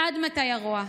עד מתי הרוע?